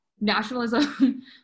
nationalism